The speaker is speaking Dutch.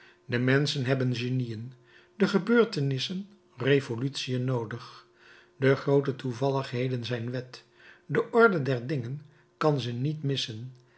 de menschen hebben genieën de gebeurtenissen revolutiën noodig de groote toevalligheden zijn wet de orde der dingen kan ze niet missen